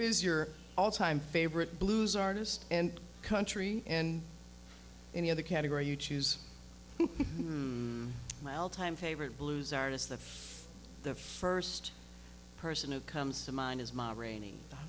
is your all time favorite blues artist and country and any other category you choose my all time favorite blues artist the first person who comes to mind is moderating